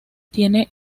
tiene